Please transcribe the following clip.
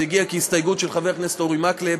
זה הגיע כהסתייגות של חבר הכנסת אורי מקלב,